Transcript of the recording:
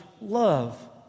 love